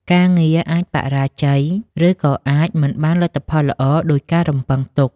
ការងារអាចបរាជ័យ ឬក៏អាចមិនបានលទ្ធផលល្អដូចការរំពឹងទុក។